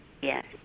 Yes